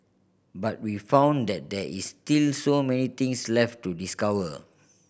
but we found that there is still so many things left to discover